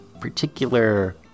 particular